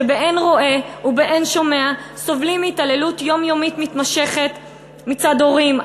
שבאין רואה ובאין שומע סובלים מהתעללות יומיומית מתמשכת מצד הורים,